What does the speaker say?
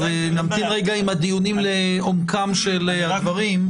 אז נמתין עם הדיונים לעומקם של דברים.